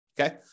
okay